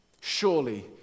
Surely